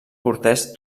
cortès